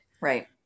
Right